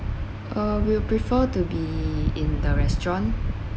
uh will prefer to be in the restaurant